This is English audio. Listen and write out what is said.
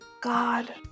God